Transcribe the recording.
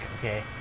Okay